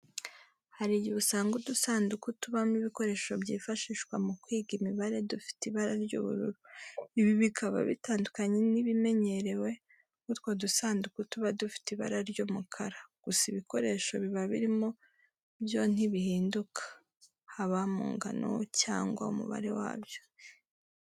Hari igihe usanga udusanduku tubamo ibikoresho byifashishwa mu kwiga imibare dufite ibara ry'ubururu, ibi bikaba bitandukanye n'ibimenyerewe ko utwo dusanduku tuba dufite ibara ry'umukara. Gusa ibikoresho biba birimo byo ntibinduka, haba mu ngano cyangwa umubare wabyo.